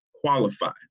qualify